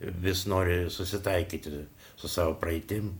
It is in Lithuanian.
vis nori susitaikyti su savo praeitim